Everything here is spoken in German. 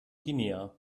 guinea